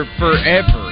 forever